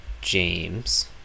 James